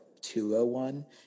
201